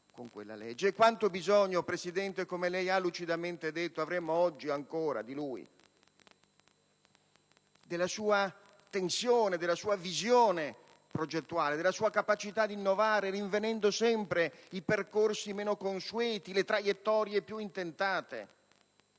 E quanto ancora, Presidente, come lei ha lucidamente osservato, avremmo bisogno di lui, della sua tensione, della sua visione progettuale, della sua capacità di innovare rinvenendo sempre i percorsi meno consueti e le traiettorie più intentate,